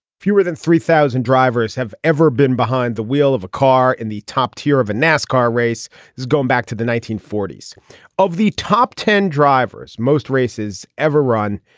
fewer than three thousand drivers have ever been behind the wheel of a car in the top tier of a nascar race. it's going back to the nineteen forty s so of the top ten drivers most races ever run.